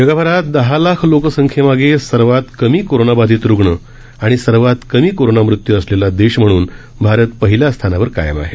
जगभरात दहा लाख लोकसंख्येमागे सर्वात कमी कोरोनाबाधित रुग्ण आणि सर्वात कमी कोरोनामृत्यू असलेला देश म्हणून भारत पहिल्या स्थानावर कायम आहे